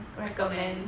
recommend